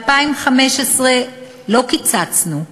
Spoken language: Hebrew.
ב-2015 לא קיצצנו,